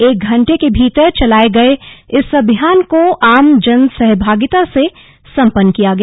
एक घण्टे के भीतर चलाए गए इस अभियान को आम जनसहभागिता से सम्पन्न किया गया